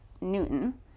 Newton